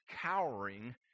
cowering